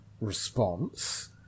response